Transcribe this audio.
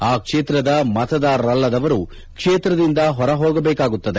ಆ ಕ್ಷೇತ್ರದ ಮತದಾರರಲ್ಲದವರು ಕ್ಷೇತ್ರದಿಂದ ಹೊರ ಹೋಗಬೇಕಾಗುತ್ತದೆ